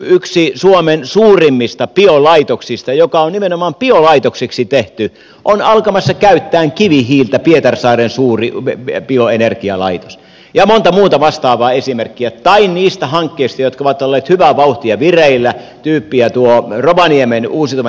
yksi suomen suurimmista biolaitoksista joka on nimenomaan biolaitokseksi tehty on alkamassa käyttää kivihiiltä pietarsaaren suuri bioenergialaitos ja monta muuta vastaavaa esimerkkiä tai ne hankkeet jotka ovat olleet hyvää vauhtia vireillä tyyppiä tuo rovaniemen bioenergialaitos